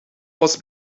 was